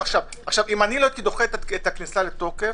לו לא הייתי דוחה את הכניסה לתוקף,